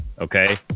okay